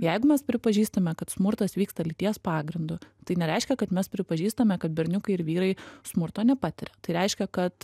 jeigu mes pripažįstame kad smurtas vyksta lyties pagrindu tai nereiškia kad mes pripažįstame kad berniukai ir vyrai smurto nepatiria tai reiškia kad